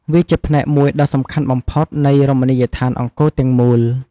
វាជាផ្នែកមួយដ៏សំខាន់បំផុតនៃរមណីយដ្ឋានអង្គរទាំងមូល ។